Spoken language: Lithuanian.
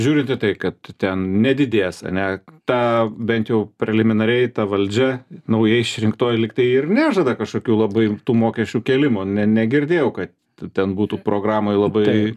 žiūrint į tai kad ten nedidės ane ta bent jau preliminariai ta valdžia naujai išrinktoji lygtai ir nežada kažkokių labai mokesčių kėlimo ne negirdėjau kad ten būtų programoj labai